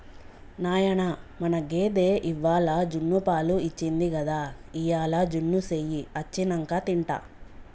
నాయనా మన గేదె ఇవ్వాల జున్నుపాలు ఇచ్చింది గదా ఇయ్యాల జున్ను సెయ్యి అచ్చినంక తింటా